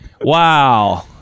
Wow